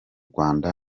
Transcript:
rwanda